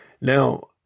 Now